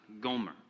Gomer